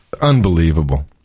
Unbelievable